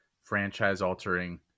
franchise-altering